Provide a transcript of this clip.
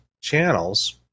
channels